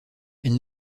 elle